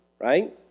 Right